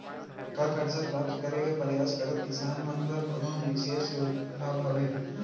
का करजा प्राप्त करे के परयास करत किसान मन बर कोनो बिशेष लाभ हवे?